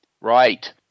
Right